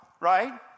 right